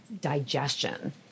digestion